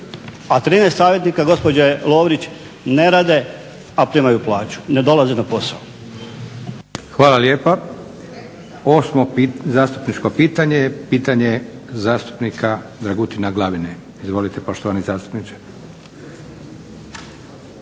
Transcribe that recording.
a 13 savjetnika gospođe Lovrić ne rade a primaju plaću, ne dolaze na posao. **Leko, Josip (SDP)** Hvala lijepa. Osmo zastupničko pitanje je pitanje zastupnika Dragutina Glavine. Izvolite poštovani zastupniče.